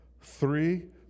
Three